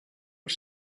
els